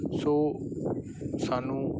ਸੋ ਸਾਨੂੰ